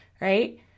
right